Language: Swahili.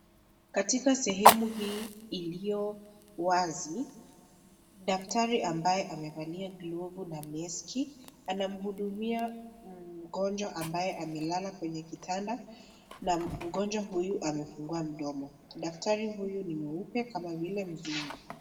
Katika sehemu hii iliyo wazi daktari ambaye amevalia glovu na meski anamhudumia mgonjwa ambaye amelala kwenye kitanda na mgonjwa huyu amefungua mdomo daktari huyu ni mweupe kama vile mzungu.